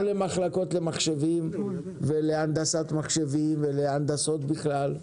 למחלקות למחשבים ולהנדסת מחשבים ולהנדסות בכלל.